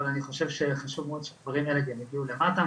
אבל אני חושב שחשוב מאוד שהדברים האלה גם יגיעו למטה,